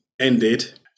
ended